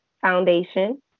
foundation